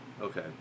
Okay